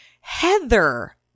heather